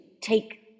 take